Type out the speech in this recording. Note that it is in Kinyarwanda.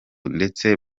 ndetse